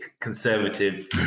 conservative